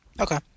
Okay